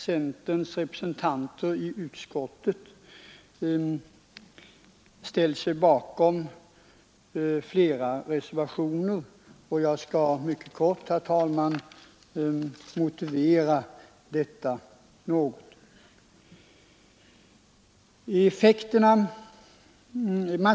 Centerns representanter i utskottet har ställt sig bakom flera reservationer, och jag skall mycket kort motivera dem.